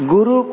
Guru